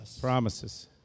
Promises